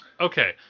Okay